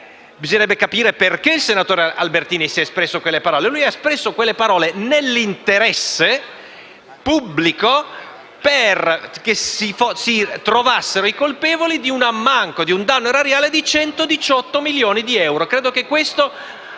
Bisognerebbe capire perché il senatore Albertini ha espresso quelle parole: lo ha fatto a difesa dell'interesse pubblico, perché si trovassero i colpevoli un ammanco, di un danno erariale di 118 milioni di euro. Credo che questo,